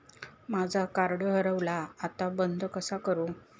माझा कार्ड हरवला आता बंद कसा करू?